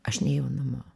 aš nėjau namo